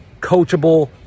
coachable